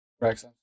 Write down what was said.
rex